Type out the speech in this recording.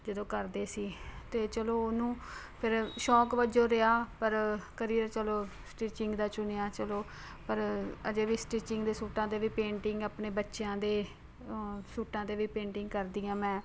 ਜਦੋਂ ਕਰਦੇ ਸੀ ਤਾਂ ਚਲੋ ਉਹਨੂੰ ਫਿਰ ਸ਼ੌਕ ਵਜੋਂ ਰਿਹਾ ਪਰ ਕਰੀਅਰ ਚਲੋ ਸਟਿਚਿੰਗ ਦਾ ਚੁਣਿਆ ਚਲੋ ਪਰ ਅਜੇ ਵੀ ਸਟਿਚਿੰਗ ਦੇ ਸੂਟਾਂ 'ਤੇ ਵੀ ਪੇਂਟਿੰਗ ਆਪਣੇ ਬੱਚਿਆਂ ਦੇ ਸੂਟਾਂ 'ਤੇ ਵੀ ਪੇਂਟਿੰਗ ਕਰਦੀ ਹਾਂ ਮੈਂ